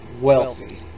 wealthy